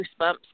goosebumps